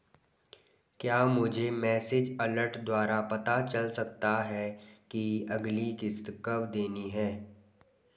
क्या मुझे message alert द्वारा पता चल सकता कि अगली किश्त कब देनी है?